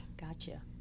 Gotcha